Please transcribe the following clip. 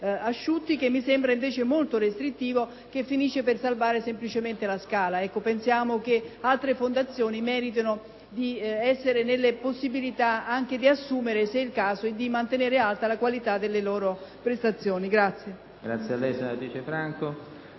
che mi sembra invece molto restrittivo e che finisce per salvare semplicemente al teatro alla Scala. Pensiamo che altre fondazioni meritino di avere la possibilità anche di assumere, se è il caso, e di mantenere alta la qualità delle loro prestazioni.